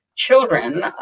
children